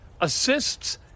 assists